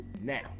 Now